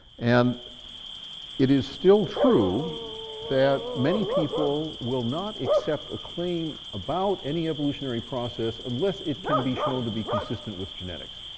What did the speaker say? and it is still true that many people will not accept a claim about any evolutionary process unless it can be shown to be consistent with genetics.